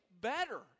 better